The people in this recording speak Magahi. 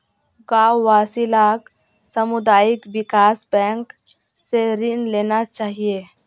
गांव वासि लाक सामुदायिक विकास बैंक स ऋण लेना चाहिए